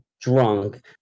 drunk